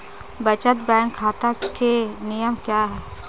बचत बैंक खाता के नियम क्या हैं?